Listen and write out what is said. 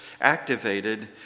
activated